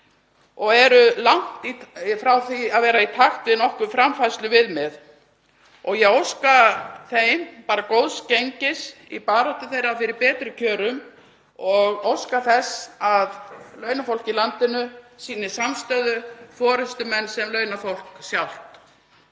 og eru langt frá því að vera í takt við nokkur framfærsluviðmið. Ég óska þeim góðs gengis í baráttu þeirra fyrir betri kjörum og óska þess að launafólk í landinu sýni samstöðu, forystumenn sem og launafólk sjálft.